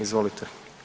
Izvolite.